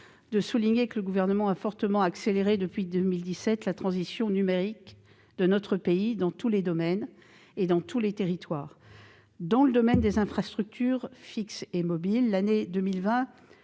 de souligner que le Gouvernement a fortement accéléré depuis 2017 la transition numérique de notre pays, dans tous les domaines et dans tous les territoires. Dans le domaine des infrastructures fixes et mobiles, l'année 2020